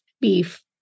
beef